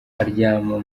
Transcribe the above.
aryama